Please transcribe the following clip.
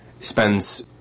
spends